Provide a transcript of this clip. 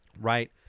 right